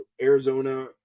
Arizona